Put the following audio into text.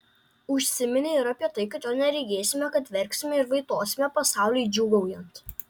užsiminė ir apie tai kad jo neregėsime kad verksime ir vaitosime pasauliui džiūgaujant